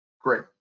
Great